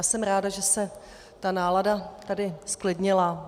Jsem ráda, že se nálada tady zklidnila.